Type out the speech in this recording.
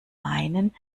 meinen